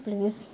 please